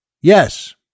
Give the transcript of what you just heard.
Yes